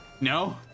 No